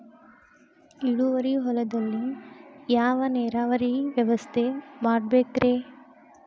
ಇಳುವಾರಿ ಹೊಲದಲ್ಲಿ ಯಾವ ನೇರಾವರಿ ವ್ಯವಸ್ಥೆ ಮಾಡಬೇಕ್ ರೇ?